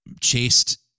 chased